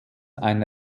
ein